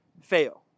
fail